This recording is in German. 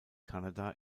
kanada